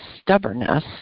stubbornness